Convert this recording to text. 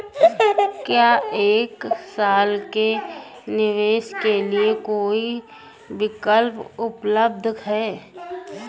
क्या एक साल के निवेश के लिए कोई विकल्प उपलब्ध है?